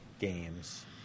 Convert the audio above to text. games